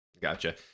gotcha